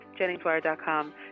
JenningsWire.com